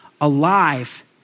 alive